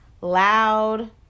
Loud